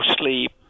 sleep